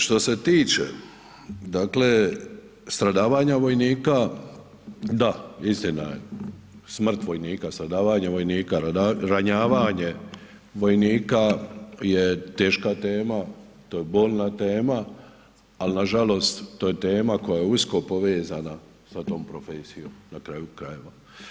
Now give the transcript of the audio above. Što se tiče dakle stradavanja vojnika, da, istina je, smet vojnika, stradavanje vojnika, ranjavanje vojnika je teška tema, to je bolna tema ali nažalost, to je tema koja je usko povezana sa tom profesijom na kraju krajeva.